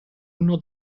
uno